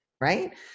right